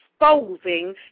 Exposing